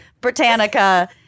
Britannica